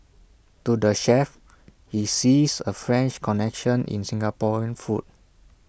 to the chef he sees A French connection in Singaporean food